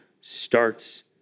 starts